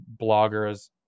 bloggers